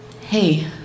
hey